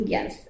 Yes